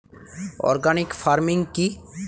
Organic farming কি?